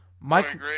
Mike